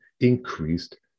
increased